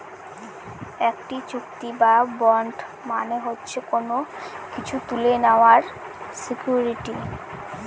একটি চুক্তি বা বন্ড মানে হচ্ছে কোনো কিছু তুলে নেওয়ার সিকুইরিটি